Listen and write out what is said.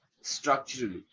structurally